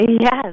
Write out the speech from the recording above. Yes